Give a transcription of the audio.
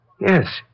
Yes